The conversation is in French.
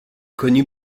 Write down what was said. connu